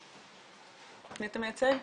את מי אתה מייצג?